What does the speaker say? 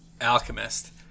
Alchemist